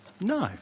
No